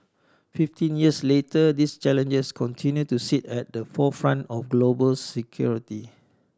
fifteen years later these challenges continue to sit at the forefront of global security